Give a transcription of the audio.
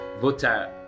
voter